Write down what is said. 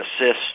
assist